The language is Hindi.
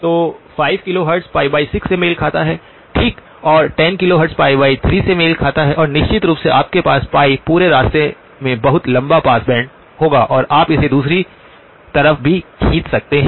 तो 5 किलोहर्ट्ज़ π 6 से मेल खाता है ठीक और 10 किलोहर्ट्ज़ 3 से मेल खाता है और निश्चित रूप से आपके पास π पूरे रास्ते में बहुत लंबा पास बैंड होगा और आप इसे दूसरी तरफ भी खींच सकते हैं